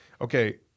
Okay